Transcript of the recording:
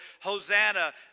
Hosanna